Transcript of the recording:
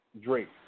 Drake